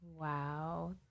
Wow